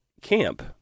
Camp